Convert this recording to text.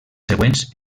següents